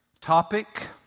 topic